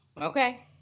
okay